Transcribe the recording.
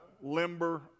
limber